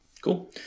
cool